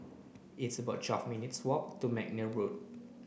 it's about twelve minutes' walk to McNair Road